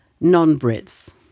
non-Brits